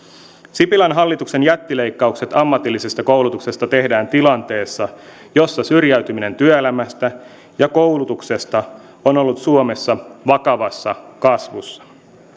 sipilän hallituksen jättileikkaukset ammatillisesta koulutuksesta tehdään tilanteessa jossa syrjäytyminen työelämästä ja koulutuksesta on ollut suomessa vakavassa kasvussa